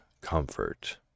comfort